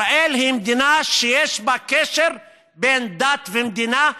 ישראל היא מדינה שיש בה קשר בין דת למדינה.